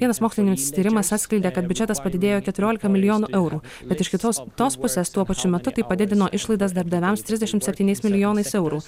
vienas mokslinis tyrimas atskleidė kad biudžetas padidėjo keturiolika milijonų eurų bet iš kitos tos pusės tuo pačiu metu tai padidino išlaidas darbdaviams trisdešimt septyniais milijonais eurų